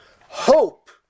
Hope